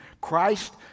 Christ